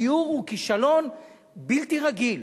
הדיור הוא כישלון בלתי רגיל.